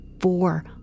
four